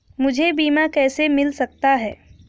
मुझे बीमा कैसे मिल सकता है?